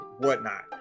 whatnot